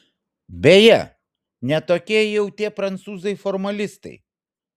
beje ne tokie jau tie prancūzai formalistai